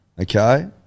Okay